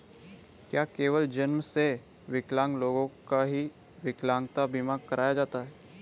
क्या केवल जन्म से विकलांग लोगों का ही विकलांगता बीमा कराया जाता है?